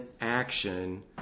action